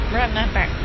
remember